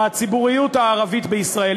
בציבוריות הערבית בישראל,